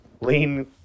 lean